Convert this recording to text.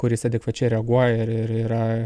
kuris adekvačiai reaguoja ir ir yra